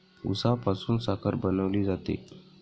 उसापासून साखर बनवली जाते